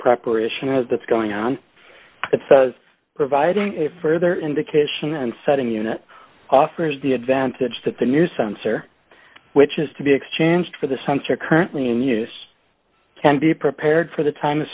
preparation has that's going on it says providing a further indication and setting unit offers the advantage that the new sensor which is to be exchanged for the sensor currently in use can be prepared for the time